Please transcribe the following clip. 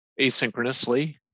asynchronously